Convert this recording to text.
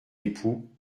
époux